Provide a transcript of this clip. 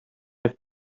have